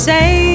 Say